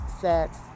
sex